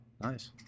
Nice